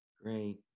Great